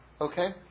Okay